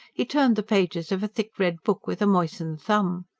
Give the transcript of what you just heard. he turned the pages of a thick red book with a moistened thumb.